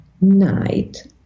night